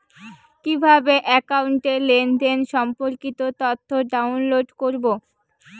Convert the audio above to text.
কিভাবে একাউন্টের লেনদেন সম্পর্কিত তথ্য ডাউনলোড করবো?